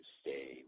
stay